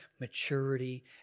maturity